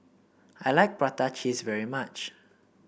I like Prata Cheese very much